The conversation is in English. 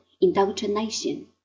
indoctrination